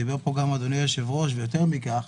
דיבר פה גם אדוני היושב-ראש, ויותר מכך,